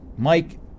Mike